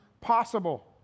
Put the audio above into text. possible